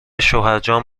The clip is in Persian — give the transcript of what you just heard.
شوهرجان